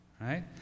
right